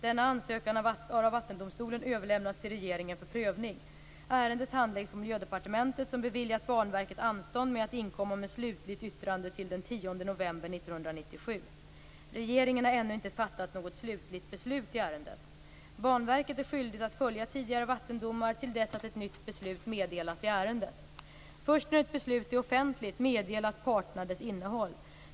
Denna ansökan har Vattendomstolen överlämnat till regeringen för prövning. Ärendet handläggs på Miljödepartementet, som beviljat Banverket anstånd med att inkomma med slutligt yttrande till den 10 november 1997. Regeringen har ännu inte fattat något slutligt beslut i ärendet. Banverket är skyldigt att följa tidigare vattendomar till dess att ett nytt beslut meddelas i ärendet. Först när ett beslut är offentligt meddelas parterna dess innehåll.